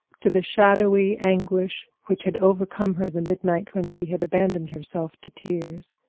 to the shadowy anguish which had overcome her the midnight when she had abandoned herself to tears.